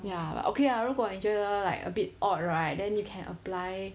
ya but okay lah 如果你觉得 like a bit odd right then you can apply